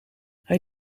hij